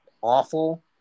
awful